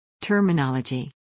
terminology